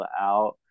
out